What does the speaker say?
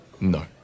No